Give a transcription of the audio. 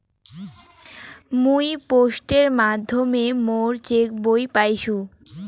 মুই পোস্টের মাধ্যমে মোর চেক বই পাইসু